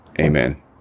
Amen